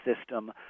system